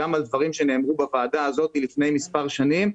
גם על דברים שנאמרו בוועדה הזאת לפני מספר שנים,